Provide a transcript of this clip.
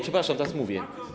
Przepraszam, teraz ja mówię.